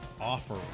offer